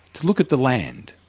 to look at the land,